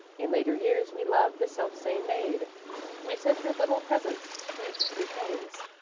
in later years we loved the self-same maid we sent her little presents, sweets, bouquets,